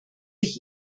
ich